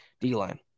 D-line